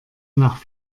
nach